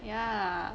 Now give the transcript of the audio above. ya